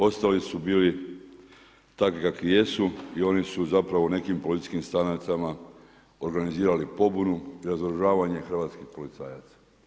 Ostali su bili takvi kakvi jesu i oni su zapravo u nekim policijskim stanicama organizirali pobunu i razoružavanje hrvatskih policajaca.